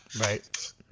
Right